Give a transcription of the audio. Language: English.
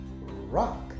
Rock